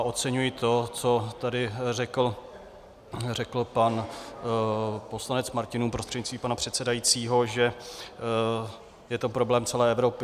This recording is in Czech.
Oceňuji, co tady řekl pan poslanec Martinů prostřednictvím pana předsedajícího, že je to problém celé Evropy.